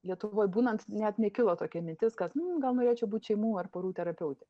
lietuvoj būnant net nekilo tokia mintis kad nu gal norėčiau būt šeimų ar porų terapeutė